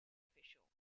official